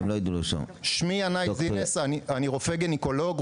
אני רופא גניקולוג,